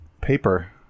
paper